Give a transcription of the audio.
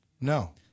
No